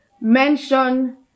Mention